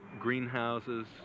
greenhouses